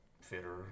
fitter